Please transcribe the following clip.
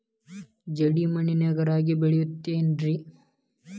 ಜೇಡಿ ಮಣ್ಣಾಗ ರಾಗಿ ಬೆಳಿತೈತೇನ್ರಿ?